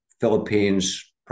Philippines